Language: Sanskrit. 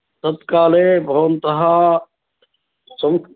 तत् काले भवन्तः सं